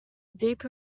deep